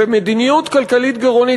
ומדיניות כלכלית גירעונית,